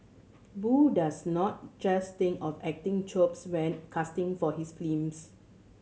Boo does not just think of acting chops when casting for his